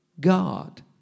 God